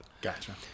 Gotcha